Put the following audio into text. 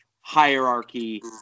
hierarchy